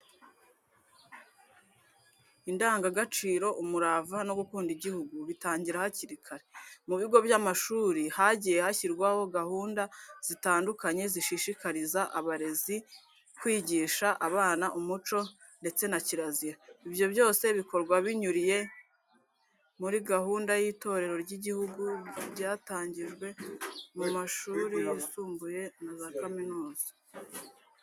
Indangagaciro, umurava no gukunda igihugu bitangira hakiri kare. Mu bigo by'amashuri hagiye hashyirwaho gahunda zitandukanye, zishishikariza abarezi kwigisha abana umuco ndetse na kirazira. Ibyo byose bikorwa binyuriye muri gahunda y'itorero ry'igihugu ryatangijwe mu mashuri y'isumbuye na za kaminuza.